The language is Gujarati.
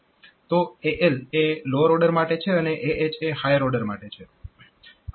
તો AL એ લોઅર ઓર્ડર માટે છે અને AH એ હાયર ઓર્ડર માટે છે